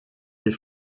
des